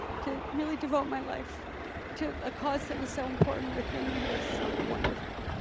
to really devote my life to a cause that was so important with women who are so wonderful.